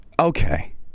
okay